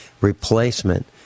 replacement